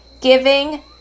giving